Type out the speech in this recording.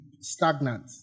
stagnant